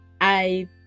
I-